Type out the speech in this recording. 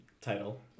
title